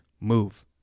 move